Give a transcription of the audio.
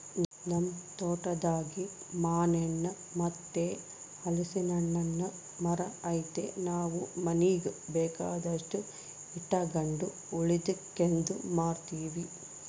ನಮ್ ತೋಟದಾಗೇ ಮಾನೆಣ್ಣು ಮತ್ತೆ ಹಲಿಸ್ನೆಣ್ಣುನ್ ಮರ ಐತೆ ನಾವು ಮನೀಗ್ ಬೇಕಾದಷ್ಟು ಇಟಗಂಡು ಉಳಿಕೇದ್ದು ಮಾರ್ತೀವಿ